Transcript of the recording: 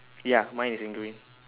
ya mine is in green